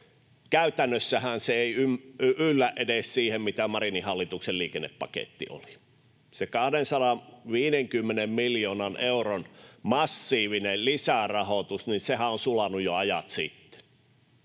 Käytännössähän se ei yllä edes siihen, mikä Marinin hallituksen liikennepaketti oli. Se 250 miljoonan euron massiivinen lisärahoitus on sulanut jo ajat sitten.